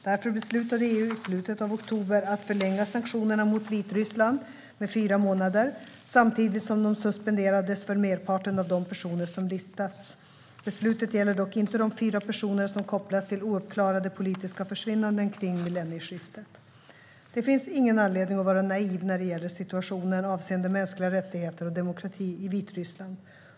Därför beslutade EU i slutet av oktober att förlänga sanktionerna mot Vitryssland med fyra månader samtidigt som de suspenderas för merparten av de personer som listats. Beslutet gäller dock inte de fyra personer som kopplas till ouppklarade politiska försvinnanden kring millennieskiftet. Det finns ingen anledning att vara naiv när det gäller situationen avseende mänskliga rättigheter och demokrati i Vitryssland.